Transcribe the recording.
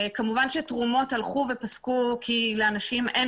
כמובן שתרומות הלכו ופסקו כי לאנשים אין